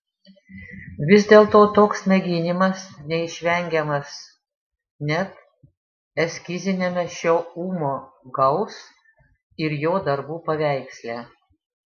vis dėlto toks mėginimas neišvengiamas net eskiziniame šio ūmo gaus ir jo darbų paveiksle